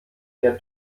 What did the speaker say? der